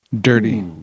Dirty